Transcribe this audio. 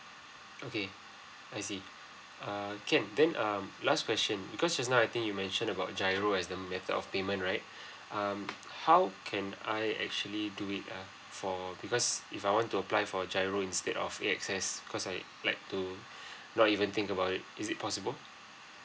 okay I see uh can then um last question because just now I think you mentioned about giro as the method of payment right um how can I actually do it ah for because if I want to apply for giro instead of A access cause I like to not even think about it is it possible